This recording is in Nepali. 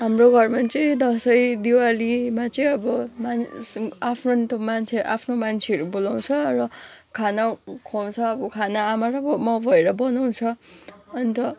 हाम्रो घरमा चाहिँ दसैँ दिवालीमा चाहिँ अब आफन्त मान्छे आफ्नो मान्छेहरू बोलाउँछ र खाना खुवाउँछ अब खाना आमा र म भएर बनाउँछ अन्त